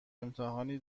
امتحانی